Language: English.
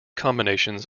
combinations